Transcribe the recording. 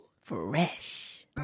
fresh